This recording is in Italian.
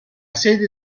sede